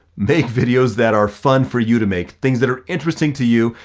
make videos that are fun for you to make, things that are interesting to you,